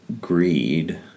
greed